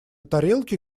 тарелке